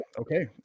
okay